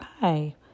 Hi